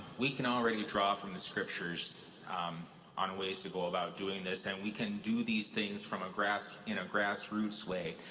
we can already draw from the scriptures um on ways to go about doing this, and we can do these things from a grass in a grassroots way,